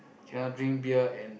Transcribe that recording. cannot drink beer and